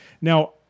Now